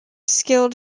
skilled